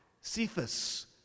Cephas